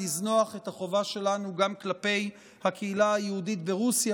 לזנוח את החובה שלנו גם כלפי הקהילה היהודית ברוסיה,